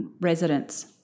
residents